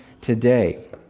today